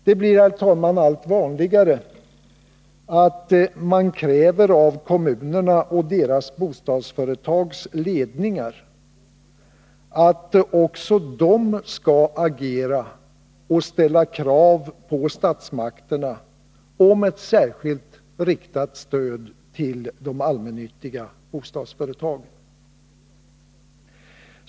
Det blir, herr talman, allt vanligare att kräva av kommunerna och de kommunala bostadsföretagens ledningar att också de skall agera och ställa krav på statsmakterna om ett särskilt riktat stöd till de allmännyttiga bostadsföretagen.